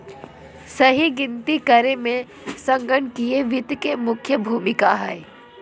सही गिनती करे मे संगणकीय वित्त के मुख्य भूमिका हय